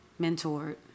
mentored